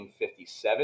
1957